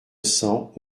cents